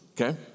Okay